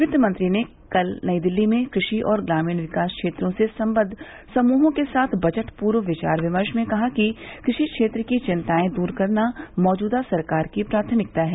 वित्त मंत्री ने कल नई दिल्ली में कृषि और ग्रामीण विकास क्षेत्रों से संबद्ध समूहों के साथ बजट पूर्व विचार विमर्श में कहा कि कृषि क्षेत्र की चिंतायें दूर करना मौजूदा सरकार की प्राथमिकता है